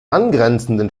angrenzenden